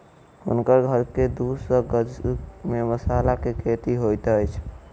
हुनकर घर के दू सौ गज में मसाला के खेती होइत अछि